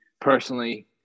personally